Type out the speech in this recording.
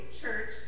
church